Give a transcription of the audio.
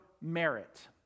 merit